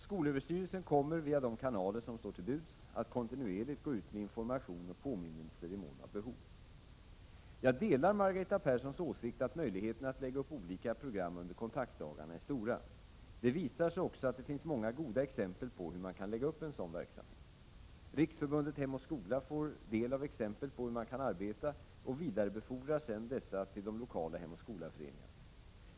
Skolöverstyrelsen kommer, via de kanaler som står till buds, att kontinuerligt gå ut med information och påminnelser i mån av behov. Jag delar Margareta Perssons åsikt att möjligheterna att lägga upp olika program under kontaktdagarna är stora. Det visar sig också att det finns många goda exempel på hur man kan lägga upp en sådan verksamhet. Riksförbundet Hem och skola får del av exempel på hur man kan arbeta och vidarebefordrar sedan dessa till de lokala Hemoch skola-föreningarna.